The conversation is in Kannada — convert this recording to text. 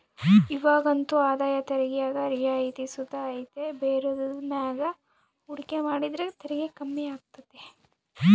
ಇವಾಗಂತೂ ಆದಾಯ ತೆರಿಗ್ಯಾಗ ರಿಯಾಯಿತಿ ಸುತ ಐತೆ ಬೇರೆದುರ್ ಮ್ಯಾಗ ಹೂಡಿಕೆ ಮಾಡಿದ್ರ ತೆರಿಗೆ ಕಮ್ಮಿ ಆಗ್ತತೆ